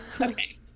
Okay